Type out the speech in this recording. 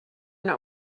not